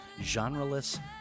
genreless